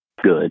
good